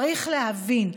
צריך להבין,